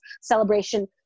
celebration